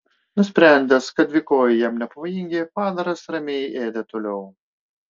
nusprendęs kad dvikojai jam nepavojingi padaras ramiai ėdė toliau